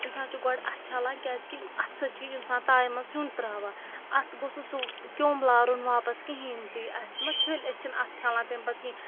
اِنسان چھُ گۄڈٕ اَتھٕ چھَلان کیٛازِکہِ اَتھٕ سۭتۍ چھِ اِنسان تایہِ منٛز سیُن ترٛاوان اَتھ گوٚژھ نہٕ سُہ کیوٚم لارُن واپَس کِہیٖنۍ تہِ یہِ اَسہِ مہ چھٔلۍ أسۍ چھِنہٕ اَتھٕ چھَلان تَمہِ پَتہٕ کِہیٖنۍ